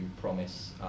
promise